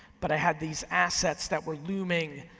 but i had these assets that were looming,